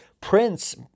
Prince